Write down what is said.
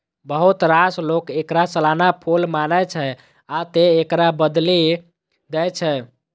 बहुत रास लोक एकरा सालाना फूल मानै छै, आ तें एकरा बदलि दै छै